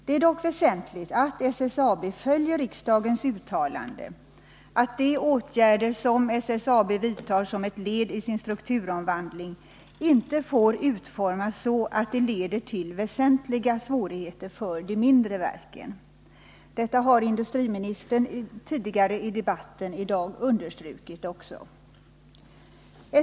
Det är dock väsentligt att SSAB följer riksdagens uttalande att de åtgärder som SSAB vidtar som ett led i sin strukturomvandling inte får utformas så att de leder till väsentliga svårigheter för de mindre verken. Detta har industriministern också understrukit i debatten i dag.